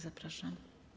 Zapraszam.